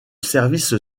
service